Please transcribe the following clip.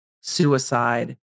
suicide